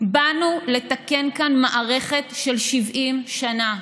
באנו לתקן כאן מערכת של 70 שנה.